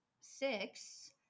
six